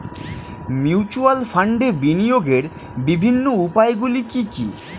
Mutual ফান্ডে বিনিয়োগের বিভিন্ন উপায়গুলি কি কি?